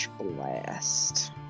Blast